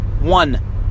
one